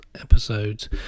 episodes